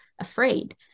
afraid